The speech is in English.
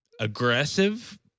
Aggressive